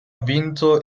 vinto